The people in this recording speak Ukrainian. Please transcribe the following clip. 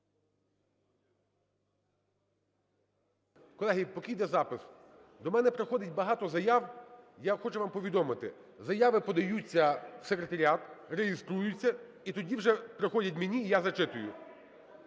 Колеги, поки йде запис. До мене приходить багато заяв, я хочу вам повідомити, заяви подаються в секретаріат, реєструються і тоді вже приходять мені і я зачитую.